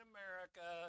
America